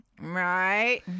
Right